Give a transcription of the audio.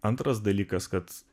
antras dalykas kad